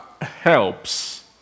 helps